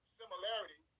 similarity